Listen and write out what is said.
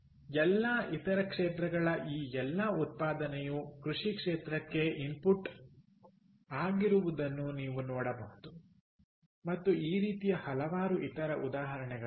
ಎಲ್ಲಾ ಇತರ ಕ್ಷೇತ್ರಗಳ ಈ ಎಲ್ಲಾ ಉತ್ಪಾದನೆಯು ಕೃಷಿ ಕ್ಷೇತ್ರಕ್ಕೆ ಇನ್ಪುಟ್ ಆಗಿರುವುದನ್ನು ನೀವು ನೋಡಬಹುದು ಮತ್ತು ಈ ರೀತಿಯ ಹಲವಾರು ಇತರ ಉದಾಹರಣೆಗಳಿವೆ